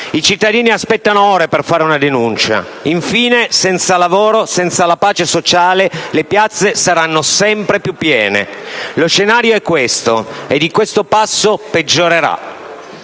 i cittadini aspettano ore per fare una denuncia. Infine, senza lavoro e senza la pace sociale, le piazze saranno sempre più piene. Lo scenario è questo e di questo passo peggiorerà.